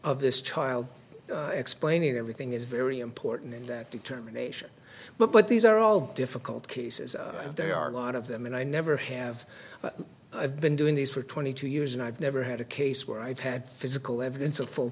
of this child explaining everything is very important in that determination but these are all difficult cases and they are a lot of them and i never have but i've been doing these for twenty two years and i've never had a case where i've had physical evidence of f